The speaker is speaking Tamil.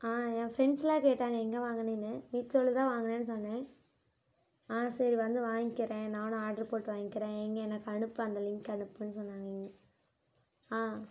ஆ என் ஃப்ரெண்ட்ஸுலாம் கேட்டாங்க எங்கே வாங்குனேன்னு மீட்ஷோவில் தான் வாங்குனேன்னு சொன்னேன் ஆ சரி வந்து வாங்கிக்கிறேன் நானும் ஆர்ட்ரு போட்டு வாங்கிக்கிறேன் எங்கே எனக்கு அனுப்பு அந்த லின்ங்க அனுப்புனு சொன்னாங்க எங்கே ஆ